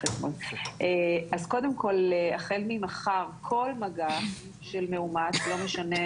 אז קודם כל החל ממחר כל מגע של מאומת, לא משנה